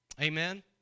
amen